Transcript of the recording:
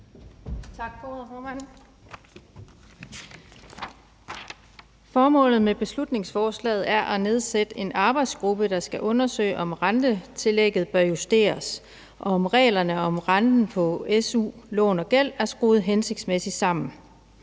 Formålet med beslutningsforslaget er at nedsætte en arbejdsgruppe, der skal undersøge, om rentetillægget bør justeres, og om reglerne om renten på su-lån og -gæld er skruet uhensigtsmæssigt sammen.